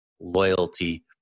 loyalty